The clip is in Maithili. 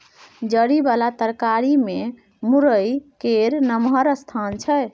जरि बला तरकारी मे मूरइ केर नमहर स्थान छै